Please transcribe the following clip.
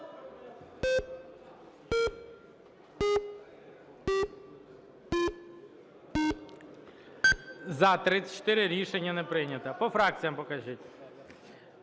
За-34 Рішення не прийнято. По фракціях покажіть.